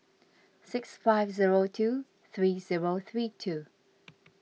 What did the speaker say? six five zero two three zero three two